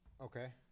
Okay